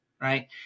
right